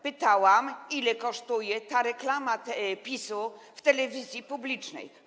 Pytałam, ile kosztuje ta reklama PiS-u w telewizji publicznej.